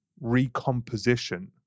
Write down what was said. recomposition